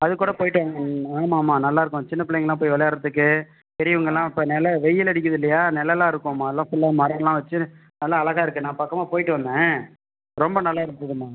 அதுகூட போய்ட்டு ஆமாம் ஆமாம் நல்லாருக்கும் சின்னப்பிள்ளைங்கலாம் போய் விளையாடுறதுக்கு பெரியவங்கள்லாம் இப்போ நிழலா வெயில் அடிக்கிறது இல்லையா நிழலாருக்கும்மா எல்லாம் ஃபுல்லாக மரம் எல்லாம் வச்சு நல்லா அழகாக இருக்கு நான் அந்த பக்கமாக போய்ட்டு வந்தேன் ரொம்ப நல்லா இருந்ததும்மா